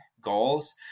goals